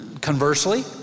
Conversely